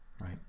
right